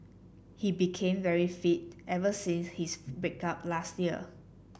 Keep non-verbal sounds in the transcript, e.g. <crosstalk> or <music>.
he became very fit ever since his <unintelligible> break up last year